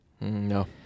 No